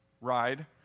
ride